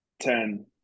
Ten